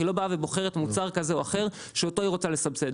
היא לא באה ובוחרת מוצר כזה או אחר שאותו היא רוצה לסבסד.